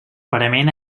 parament